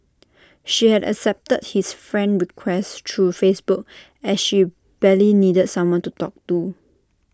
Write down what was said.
she had accepted his friend request through Facebook as she badly needed someone to talk to